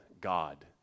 God